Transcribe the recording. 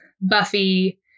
Buffy